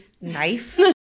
knife